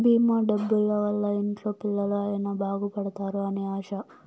భీమా డబ్బుల వల్ల ఇంట్లో పిల్లలు అయిన బాగుపడుతారు అని ఆశ